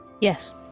Yes